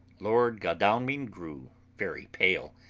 lord godalming grew very pale,